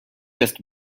just